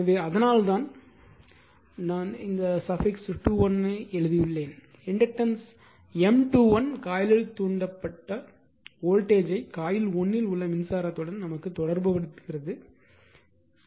எனவே அதனால்தான் நான் பின்னொட்டி 2 1 க்கு எழுதியுள்ளேன் இண்டக்டன்ஸ் M21 காயிலில் தூண்டப்பட்ட வோல்டேஜ் யை காயில் 1 இல் உள்ள மின்சாரத்துடன் தொடர்புபடுத்துகிறது என்பதைக் குறிக்கிறது